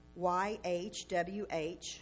YHWH